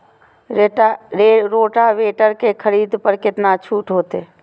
Rotavator के खरीद पर केतना छूट होते?